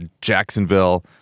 Jacksonville